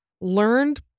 learned